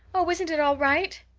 oh, isn't it all right?